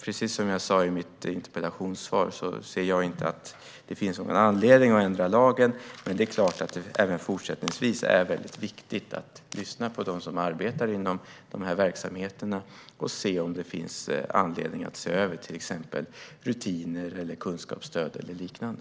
Precis som jag sa i interpellationssvaret anser jag inte att det finns någon anledning att ändra lagen, men det är klart att det även fortsättningsvis är väldigt viktigt att lyssna på dem som arbetar i dessa verksamheter och se om det finns anledning att se över till exempel rutiner, kunskapsstöd eller liknande.